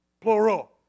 Plural